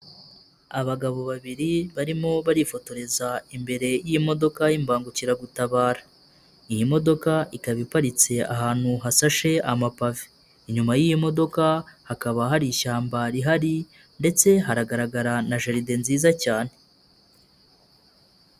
Abagabo babiri barimo barifotoreza imbere y'imodoka y'imbangukiragutabara, iyi modoka ikaba iparitse ahantu hasashe amapave, inyuma y'iyi modoka hakaba hari ishyamba rihari ndetse haragaragara na jaride nziza cyane.